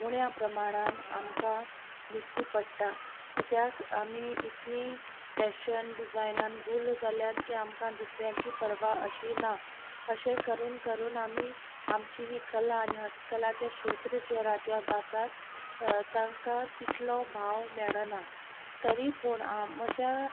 उण्या प्रमाणान आमकां दिसती पडटा कित्याक आमी इतली फॅशन डिजायनान गुल्ल जाल्यांत की आमकां दुसऱ्यांची पर्वा अशी ना अशें करून करून आमी आमची ही कला आनी हस्तकलाचे क्षेत्र जे राज्यांत आसात तांकां तितलो भाव मेळना तरी पूण म्हज्या